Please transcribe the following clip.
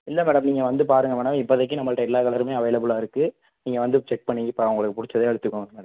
இல்லை மேடம் நீங்கள் வந்து பாருங்க மேடம் இப்போதிக்கி நம்மகிட்ட எல்லா கலருமே அவைலபிளாக இருக்குது நீங்கள் வந்து செக் பண்ணி இப்போ உங்களுக்கு பிடிச்சத எடுத்துக்கோங்க